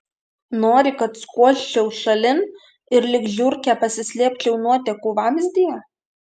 nori kad skuosčiau šalin ir lyg žiurkė pasislėpčiau nuotekų vamzdyje